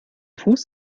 fuß